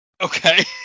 Okay